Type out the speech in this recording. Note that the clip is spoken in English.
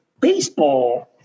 baseball –